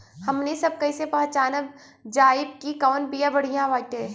हमनी सभ कईसे पहचानब जाइब की कवन बिया बढ़ियां बाटे?